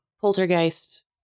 Poltergeist